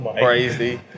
crazy